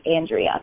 Andrea